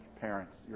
parents